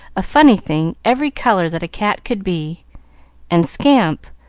a funny thing, every color that a cat could be and scamp,